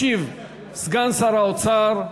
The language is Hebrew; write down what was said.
ישיב סגן שר האוצר,